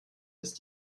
ist